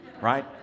right